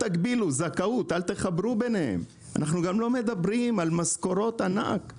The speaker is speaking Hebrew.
לא מדברים על משכורות ענק;